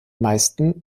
meisten